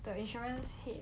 the insurance head